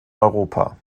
europa